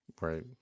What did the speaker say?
Right